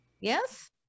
yes